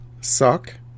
suck